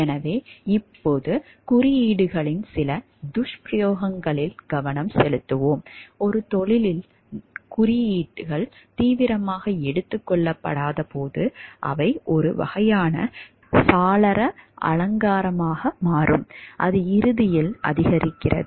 எனவே இப்போது குறியீடுகளின் சில துஷ்பிரயோகங்களில் கவனம் செலுத்துவோம் ஒரு தொழிலில் குறியீடுகள் தீவிரமாக எடுத்துக் கொள்ளப்படாதபோது அவை ஒரு வகையான சாளர அலங்காரமாக மாறும் அது இறுதியில் அதிகரிக்கிறது